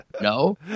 no